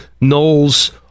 Knowles